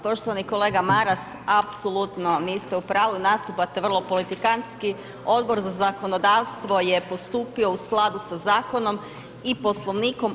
Poštovani kolega Maras, apsolutno niste u pravu, nastupate vrlo politikantski, Odbor za zakonodavstvo je postupio u skladu sa zakonom i Poslovnikom.